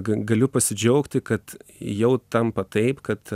ga galiu pasidžiaugti kad jau tampa taip kad